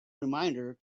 reminder